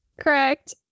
Correct